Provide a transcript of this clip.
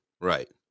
Right